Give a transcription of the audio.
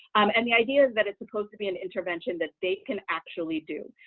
um and the idea is that it's supposed to be an intervention that they can actually do.